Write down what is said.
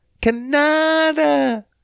Canada